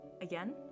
again